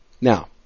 Now